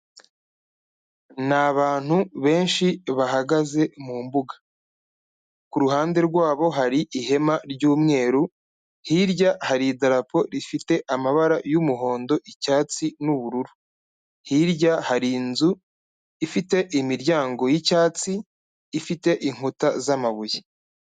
Ni abantu benshi bahagaze mu mbuga. Kuruhande rwabo hari ihema ry'umweru, hirya hari idarapo rifite amabara y'umuhondo, icyatsi n'ubururu, hirya hari inzu ifite imiryango y'icyatsi ifite inkuta z'amabuye.